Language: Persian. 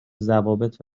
ضوابط